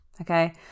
Okay